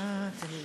אדוני